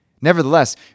Nevertheless